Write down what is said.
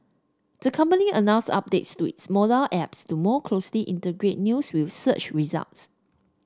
the company announced updates to its mobile app to more closely integrate news with search results